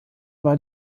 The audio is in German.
war